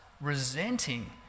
resenting